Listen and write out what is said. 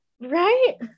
right